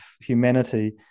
humanity